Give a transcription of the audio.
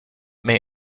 may